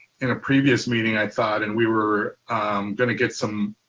in a previous meeting, i thought and we were going to get some,